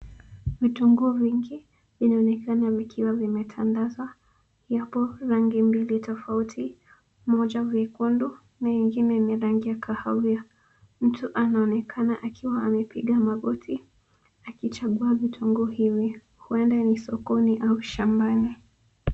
Vitunguu vingi vinaonekana vikiwa vimetandazwa. Yapo rangi mbili tofauti, moja nyekundu na hio nyingine yenye rangi ya kahawia. Mtu anaonekana akiwa amepiga magoti akichagua vitunguu hivi, huenda ni sokoni au shambani.